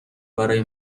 برای